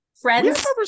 friends